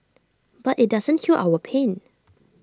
but IT doesn't heal our pain